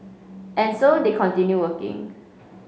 and so they continue working